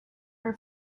are